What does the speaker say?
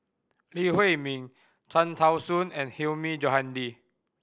Lee Huei Min Cham Tao Soon and Hilmi Johandi